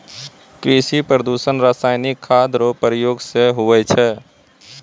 कृषि प्रदूषण रसायनिक खाद रो प्रयोग से हुवै छै